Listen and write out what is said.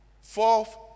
Fourth